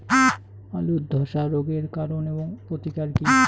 আলুর ধসা রোগের কারণ ও প্রতিকার কি?